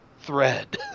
thread